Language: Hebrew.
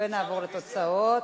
נעבור לתוצאות: